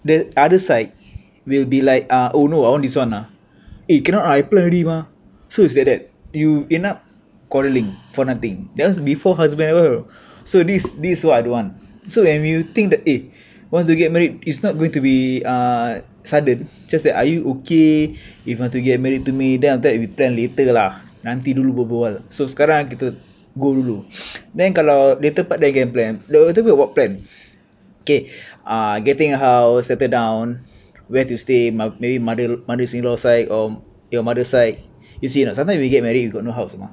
the other side will be like uh oh no I want this one ah eh you cannot I plan already mah so it's like that you end up quarrelling for nothing just before husband and wife so this this so I don't want so when you think eh want to get married it's not going to be uh sudden just that are you okay if you want to get married to me then after that we plan later lah nanti dulu berbual so sekarang kita go dulu then kalau later part then we can plan lepas tu buat plan K uh getting a house settle down where to stay maybe mother mother's in-law side or your mother's side you see or not sometime you get married you got no house mah